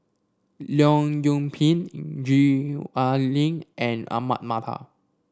Leong Yoon Pin Gwee Ah Leng and Ahmad Mattar